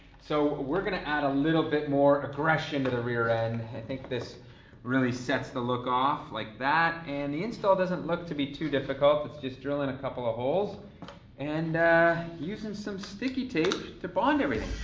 so, we're gonna add a little bit more aggression to the rear end. i think this really sets the look off like that. and the instal doesn't look to be too difficult. it's just drillin' a couple of holes and using some sticky tape to bond everything.